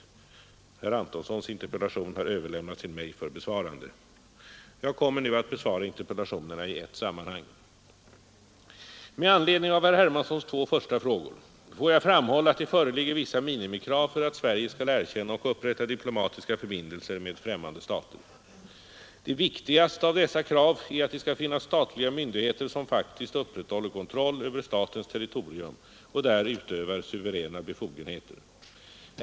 ” Herr Antonssons interpellation har överlämnats till mig för besvarande. Jag kommer att besvara interpellationerna i ett sammanhang. Med anledning av herr Hermanssons två första frågor får jag framhålla att det föreligger vissa minimikrav för att Sverige skall erkänna och upprätta diplomatiska förbindelser med främmande stater. Det viktigaste av dessa krav är att det skall finnas statliga myndigheter som faktiskt upprätthåller kontroll över statens territorium och där utövar suveräna befogenheter.